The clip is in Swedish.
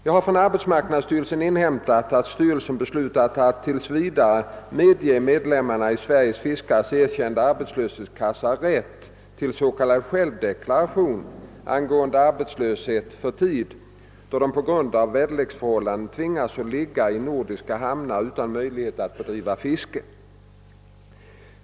Jag har från arbetsmarknadsstyrelsen inhämtat att styrelsen beslutat att tills vidare medge medlemmarna i Sveriges fiskares erkända arbetslöshetskassa rätt till s.k. självdeklaration angående arbetslöshet för tid, då de på grund av väderleksförhållanden tvingas att ligga i nordiska hamnar utan möjlighet att bedriva fiske.